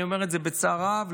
אני אומר את זה בצער רב,